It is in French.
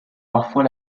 parfois